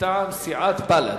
מטעם סיעת בל"ד.